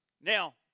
Now